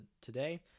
today